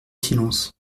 silence